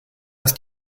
ist